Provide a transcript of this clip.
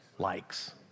likes